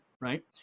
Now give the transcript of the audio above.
Right